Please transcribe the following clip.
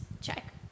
check